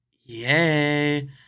Yay